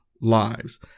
lives